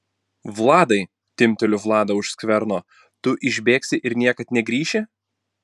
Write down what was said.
vladai timpteliu vladą už skverno tu išbėgsi ir niekad negrįši